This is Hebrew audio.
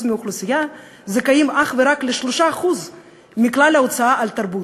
מהאוכלוסייה זכאים אך ורק ל-3% מכלל ההוצאה על תרבות?